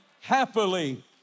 happily